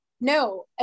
No